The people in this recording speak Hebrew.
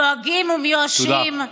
דואגים ומיואשים.